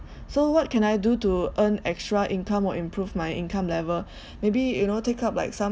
so what can I do to earn extra income or improve my income level maybe you know take up like some